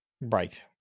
Right